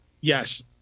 Yes